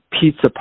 pizza